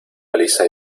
paliza